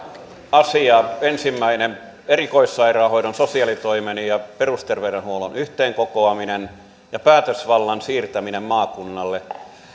asiaa ensimmäinen erikoissairaanhoidon sosiaalitoimen ja perusterveydenhuollon yhteenkokoaminen ja päätösvallan siirtäminen maakunnalle